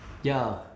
ya